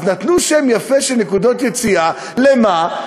אז נתנו שם יפה: נקודות יציאה, לְמה?